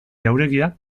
jauregia